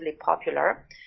popular